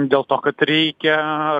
dėl to kad reikia